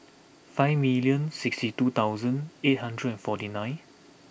five million sixty two thousand eight hundred and forty nine